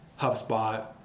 HubSpot